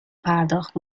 پرداخت